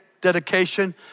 dedication